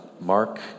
Mark